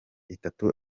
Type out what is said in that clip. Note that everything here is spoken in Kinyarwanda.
itatu